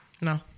No